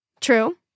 True